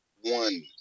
one